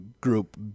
Group